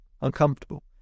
uncomfortable